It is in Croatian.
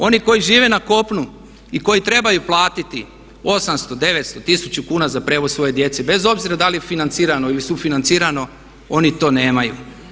Oni koji žive na kopnu i koji trebaju platiti 800, 900, 1000 kn za prijevoz svoje djece bez obzira da li je financirano ili sufinancirano oni to nemaju.